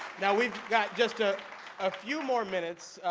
now we've got just a ah few more minutes,